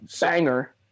banger